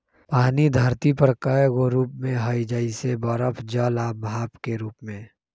पानी धरती पर कए गो रूप में हई जइसे बरफ जल आ भाप के रूप में